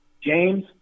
James